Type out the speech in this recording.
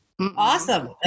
Awesome